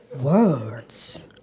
Words